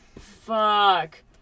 Fuck